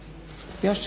Hvala i vama